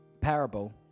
parable